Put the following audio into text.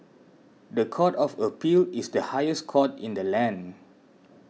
the Court of Appeal is the highest court in the land